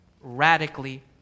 radically